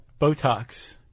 Botox